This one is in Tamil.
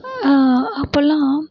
அப்போல்லாம்